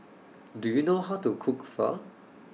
Do YOU know How to Cook Pho